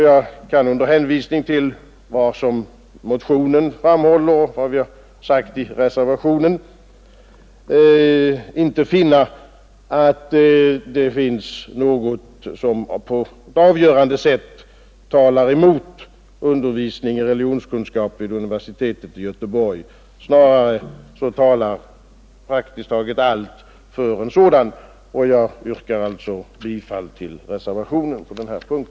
Jag kan under hänvisning till vad som motionen framhåller och vad vi har sagt i reservationen inte finna något som på ett avgörande sätt talar emot undervisning i religionskunskap vid universitetet i Göteborg. Snarare talar praktiskt taget allt för en sådan. Jag yrkar alltså bifall till reservationen på denna punkt.